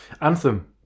anthem